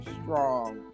strong